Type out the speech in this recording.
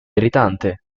irritante